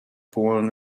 born